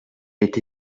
est